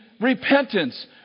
repentance